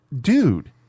dude